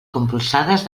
compulsades